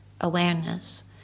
awareness